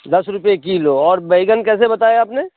दस रुपये किलो और बैंगन कैसे बताए आपने